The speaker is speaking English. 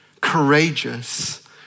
courageous